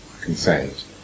consent